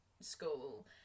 school